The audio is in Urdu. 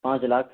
پانچ لاکھ